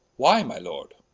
why my lord?